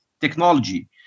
technology